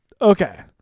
Okay